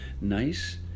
nice